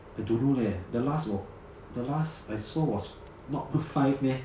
I don't know leh the last 我 the last I saw was not five meh